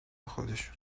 خودشان